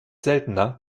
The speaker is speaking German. seltener